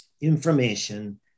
information